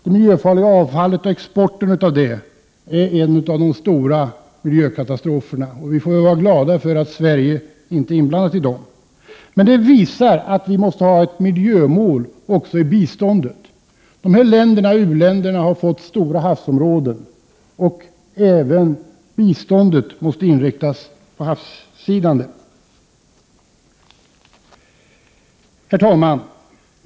Det miljöfarliga avfallet och exporten av det innebär i sig stora miljökatastrofer. Vi får vara glada att Sverige inte är inblandat. Men det visar att även vårt bistånd måste ha ett miljömål. U-länderna har fått stora havsområden, och därför måste även biståndet ha den inriktningen. Herr talman!